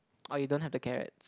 or you don't have the carrots